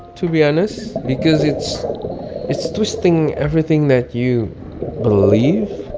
to be honest, because it's it's twisting everything that you believe.